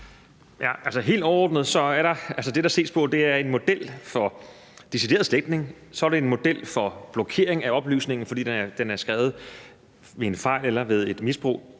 Helt overordnet er det, der ses på, en model for decideret sletning, så er der en model for blokering af oplysningen, fordi den er skrevet ved en fejl eller ved et misbrug,